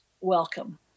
welcome